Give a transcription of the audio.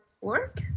work